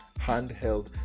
handheld